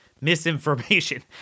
misinformation